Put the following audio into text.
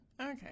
Okay